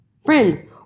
friends